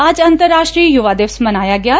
ਅੱਜ ਅੰਤਰਰਾਸ਼ਟਰੀ ਯੁਵਾ ਦਿਵਸ ਮਨਾਇਆ ਗਿਐ